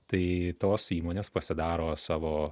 tai tos įmonės pasidaro savo